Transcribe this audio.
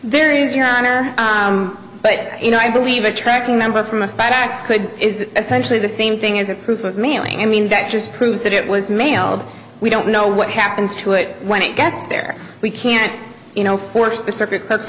there is your honor but you know i believe a tracking number from a fax could is essentially the same thing as a proof of mailing i mean that just proves that it was mailed we don't know what happens to it when it gets there we can't you know force